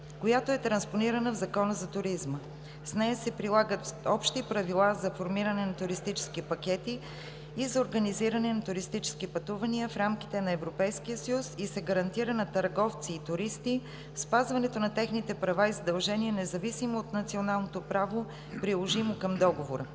която е транспонирана в Закона за туризма. С нея се прилагат общи правила за формиране на туристически пакети и за организиране на туристически пътувания в рамките на Европейския съюз и се гарантира на търговци и туристи спазването на техните права и задължения независимо от националното право, приложимо към договора.